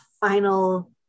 final